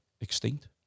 extinct